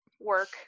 work